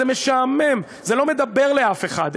זה משעמם, זה לא מדבר לאף אחד.